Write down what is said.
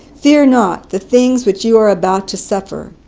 fear not the things which you are about to suffer.